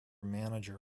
manager